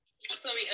Sorry